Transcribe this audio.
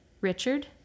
Richard